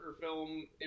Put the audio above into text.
film